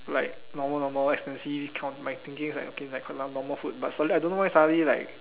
like normal normal expensive kind of my thinking is like okay lah quite normal food but suddenly I don't know why suddenly like